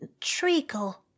treacle